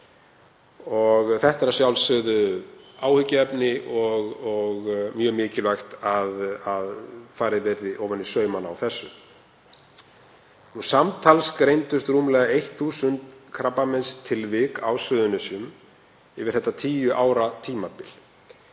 Þetta er að sjálfsögðu áhyggjuefni og mjög mikilvægt að farið verði ofan í saumana á þessu. Samtals greindust rúmlega 1.000 krabbameinstilvik á Suðurnesjum yfir þetta 10 ára tímabil.